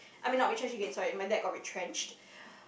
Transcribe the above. I mean not retrenched again sorry my dad got retrenched